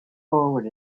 forward